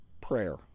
prayer